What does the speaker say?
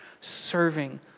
serving